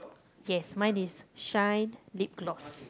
yes mine is shine lip gloss